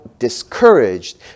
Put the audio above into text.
discouraged